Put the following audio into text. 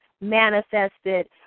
manifested